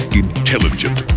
intelligent